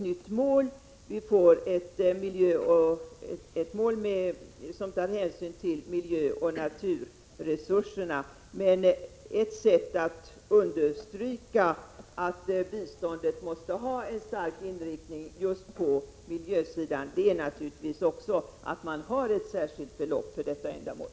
Nu får vi ett nytt mål som tar hänsyn till miljöoch naturresurserna, men ett sätt att understryka att biståndet måste ha en stark inriktning just på miljösidan är naturligtvis att också anslå ett särskilt belopp för detta ändamål.